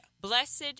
Blessed